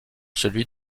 celui